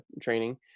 training